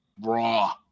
Raw